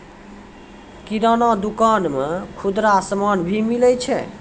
किराना दुकान मे खुदरा समान भी मिलै छै